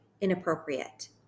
inappropriate